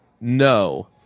No